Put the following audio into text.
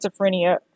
schizophrenia